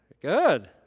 Good